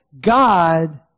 God